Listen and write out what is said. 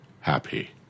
happy